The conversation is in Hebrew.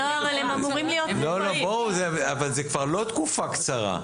זה כבר לא תקופה קצרה,